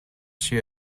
she